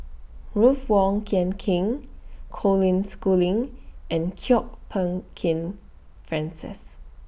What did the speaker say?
Ruth Wong Kin King Colin Schooling and Kwok Peng Kin Francis